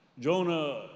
Jonah